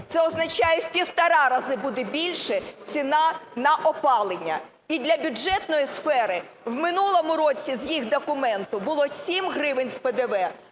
Це означає, в 1,5 разу буде більша ціна на опалення. І для бюджетної сфери в минулому році з їх документа було 7 гривень з ПДВ,